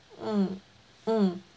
mm mm